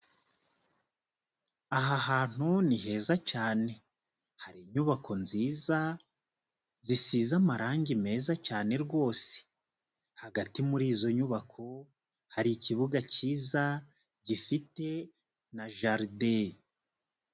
Aha hantu ni heza cyane, hari inyubako nziza zisize amarangi meza cyane rwose, hagati muri izo nyubako, hari ikibuga cyiza gifite na jaride.